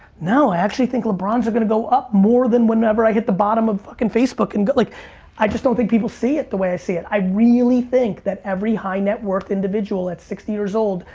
no, i actually think lebrons are gonna go up more than whenever i hit the bottom of fucking facebook and go, like i just don't think people see it the way i see it. i really think that every high net worth individual at sixty years old,